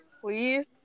please